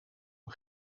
een